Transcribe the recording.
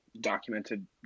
documented